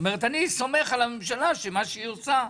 אני סומך על הממשלה שמה שהיא עושה,